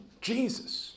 Jesus